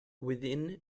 within